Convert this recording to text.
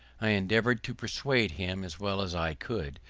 i endeavoured to persuade him as well as i could,